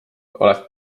oled